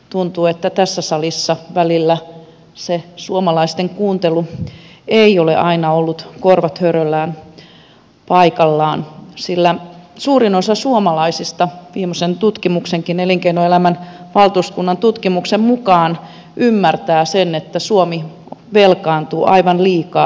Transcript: tuntuu että tässä salissa välillä se suomalaisten kuuntelu ei ole aina ollut korvat höröllään paikallaan sillä suurin osa suomalaisista viimeisen elinkeinoelämän valtuuskunnan tutkimuksenkin mukaan ymmärtää sen että suomi velkaantuu aivan liikaa